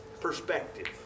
perspective